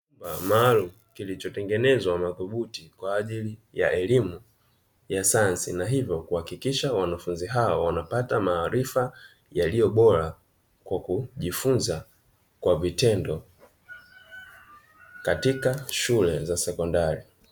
Maabara maalumu kilichotengenezwa madhubuti kwa ajili ya elimu ya sayansi, na hivyo kuhakikisha wanafunzi hao wanapata maarifa yaliyobora kwa kujifunza kwa vitendo katika shule za sekondari.